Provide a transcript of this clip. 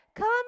Come